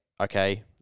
okay